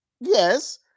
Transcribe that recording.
yes